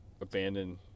abandoned